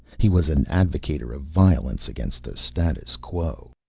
he was an advocator of violence against the status quo.